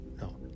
no